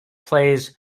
plays